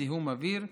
זיהום אוויר,